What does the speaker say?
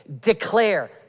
declare